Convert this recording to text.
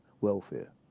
welfare